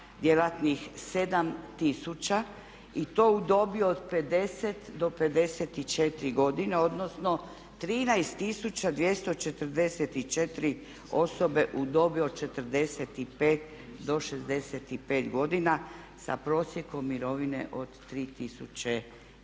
djelatnih 7 tisuća i to u dobi od 50 do 54 godine, odnosno 13 tisuća 244 osobe u dobi od 45 do 65 godina sa prosjekom mirovine od 3500